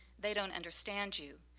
they don't understand you.